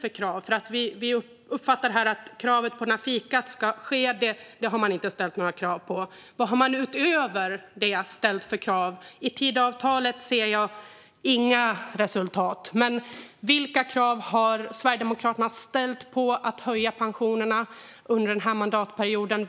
Här uppfattar vi det som att man inte har ställt något krav på att det där fikat ska ske. Vilka krav har man ställt utöver det? I Tidöavtalet ser jag inga resultat. Vilka krav har Sverigedemokraterna ställt när det gäller att höja pensionerna under den här mandatperioden?